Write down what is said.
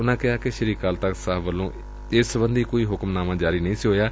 ਉਨੂਾ ਕਿਹਾ ਕਿ ਸ੍ਰੀ ਅਕਾਲ ਤਖਤ ਸਾਹਿਬ ਵੱਲੋ ਇਸ ਸਬੰਧੀ ਕੋਈ ਹੁਕਮ ਨਾਮਾ ਜਾਰੀ ਨਹੀ ਹੋਇਆ